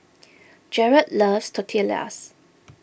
Gerald loves Tortillas